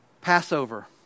Passover